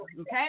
Okay